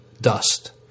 Dust